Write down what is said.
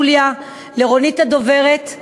ליוליה ולרונית הדוברת,